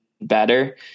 better